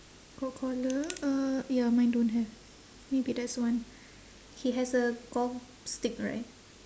got collar uh ya mine don't have maybe that's one he has a golf stick right